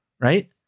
right